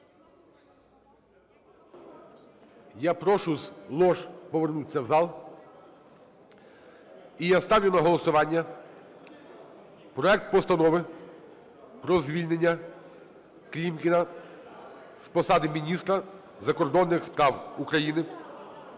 Я прошу з лож повернутися в зал. І я ставлю на голосування проект Постанови про звільнення Клімкіна П.А. з посади міністра закордонних справ України